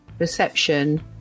Reception